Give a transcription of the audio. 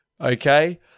okay